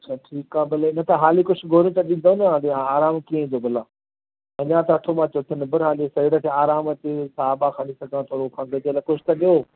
अच्छा ठीकु आहे भले न त हाली कुझु गोरी त ॾींदो न अॻियां आराम कीअं ईंदो भला वञा त थो मां चोथे नंबर हा जेसिताईं त हिनखे आराम अचे साहु वाहु खणी सघां थोरो अॻिते लाइ कुझु त ॾियो